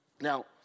Now